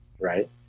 right